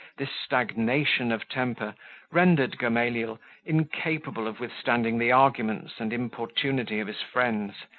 this stagnation of temper rendered gamaliel incapable of withstanding the arguments and importunity of his friends,